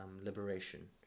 liberation